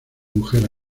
mujer